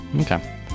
okay